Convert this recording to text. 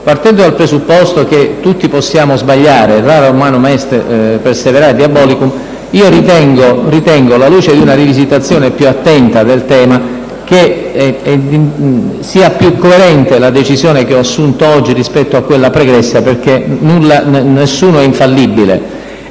Partendo dal presupposto che tutti possiamo sbagliare (*errare humanum est, perseverare diabolicum*), ritengo, alla luce di una rivisitazione più attenta del tema, che sia più coerente la decisione che ho assunto oggi rispetto a quella pregressa, perché nessuno è infallibile.